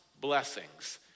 blessings